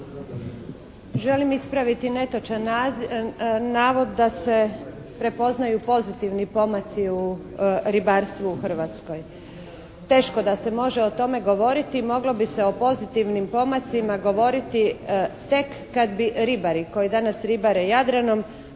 Želim ispraviti netočan navod da se prepoznaju pozitivni pomaci u ribarstvu u Hrvatskoj. Teško da se može o tome govoriti. Moglo bi se o pozitivnim pomacima govoriti tek kad bi ribari koji danas ribare Jadranom